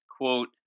quote